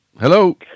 hello